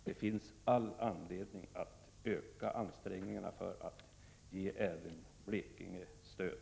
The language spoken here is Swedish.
Det finns all anledning att öka ansträngningarna för att ge även Blekinge stöd.